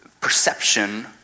perception